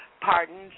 Pardons